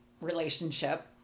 relationship